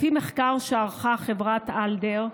לפי מחקר שערכה חברת אלדר,